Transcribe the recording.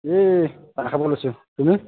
এই চাহ খাব লৈছোঁ তুমি